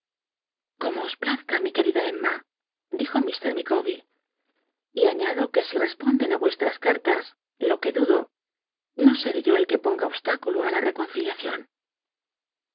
como os plazca mi querida emma dijo ilr micawber y añado que si responden ti i'ucstras cartas lo que dudo no seré yo el que ponga obshículo á la rcconciliacion